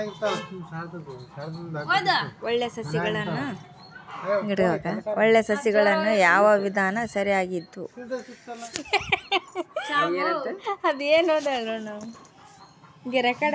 ಒಳ್ಳೆ ಸಸಿಗಳನ್ನು ಬೆಳೆಸೊಕೆ ಯಾವ ವಿಧಾನ ಸರಿಯಾಗಿದ್ದು?